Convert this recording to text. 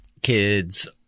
Kids